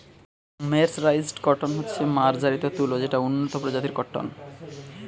mercerised cotton হচ্ছে মার্জারিত তুলো যেটা উন্নত প্রজাতির কট্টন